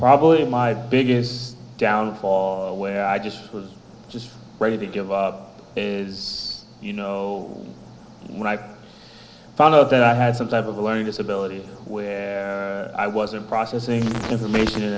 probably my biggest downfall where i just was just ready to give up is you know when i found out that i had some type of a learning disability where i wasn't processing information